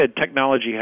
technology